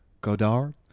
Godard